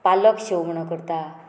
पालक शेव म्हणून करता